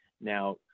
now